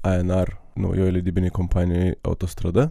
ainar naujoje leidybinėj kompanijoj autostrada